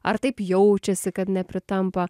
ar taip jaučiasi kad nepritampa